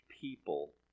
people